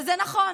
וזה נכון.